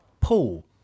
Paul